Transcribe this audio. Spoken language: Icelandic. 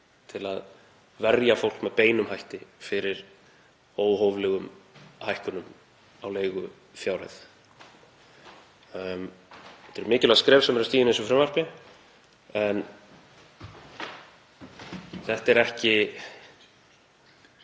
til að verja fólk með beinum hætti fyrir óhóflegum hækkunum á leigufjárhæð. Mikilvæg skref eru stigin í frumvarpinu en þetta er ekki